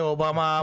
Obama